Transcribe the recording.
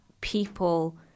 people